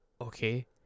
okay